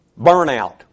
Burnout